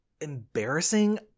Embarrassing